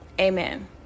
Amen